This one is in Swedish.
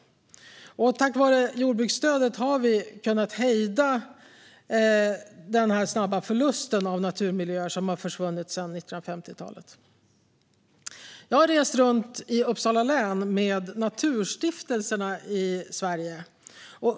Tack vare jordbruksstödet har vi kunnat hejda den snabba förlusten av naturmiljöer, som försvunnit sedan 1950-talet. Jag har rest runt i Uppsala län med naturstiftelserna i Sverige.